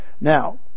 Now